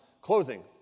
Closing